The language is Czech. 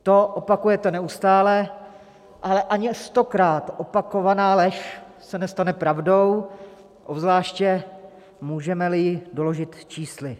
To opakujete neustále, ale ani stokrát opakovaná lež se nestane pravdou, obzvláště můžemeli ji doložit čísly.